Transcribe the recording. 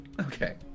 Okay